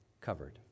covered